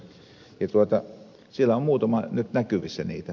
siellä on muutama nyt näkyvissä niitä